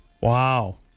Wow